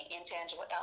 intangible